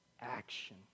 action